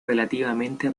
relativamente